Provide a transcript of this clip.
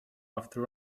after